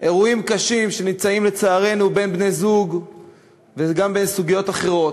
אירועים קשים שנמצאים לצערנו בין בני-זוג וגם בסוגיות אחרות,